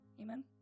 Amen